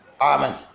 Amen